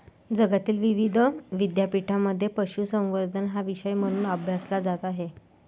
जगातील विविध विद्यापीठांमध्ये पशुसंवर्धन हा विषय म्हणून अभ्यासला जात आहे